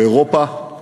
לאירופה,